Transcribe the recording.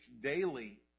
daily